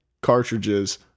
cartridges